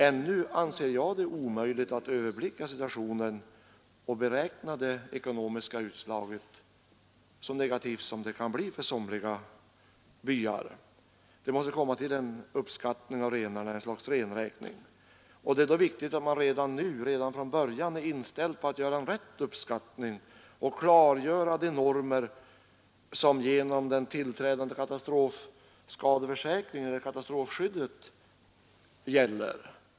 Ännu anser jag det omöjligt att överblicka situationen och beräkna hur negativt det ekonomiska utslaget kan bli för somliga byar. Det måste göras en uppskattning av renarnas antal, en renräkning. Det är då viktigt att man nu redan från början är inställd på att åstadkomma en riktig uppskattning och klargöra de normer som gäller genom den tillträdande katastrofskadeförsäkringen eller katastrofskadeskyddet.